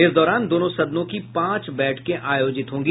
इस दौरान दोनों सदनों की पांच बैठकें आयोजित होंगी